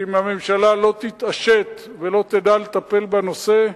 אם הממשלה לא תתעשת, ולא תדע לטפל בנושא,